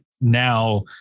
now